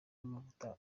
amavuta